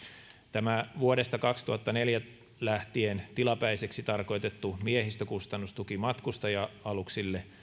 tämä vuodesta kaksituhattaneljä lähtien tilapäiseksi tarkoitettu miehistökustannustuki matkustaja aluksille